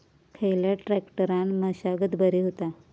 खयल्या ट्रॅक्टरान मशागत बरी होता?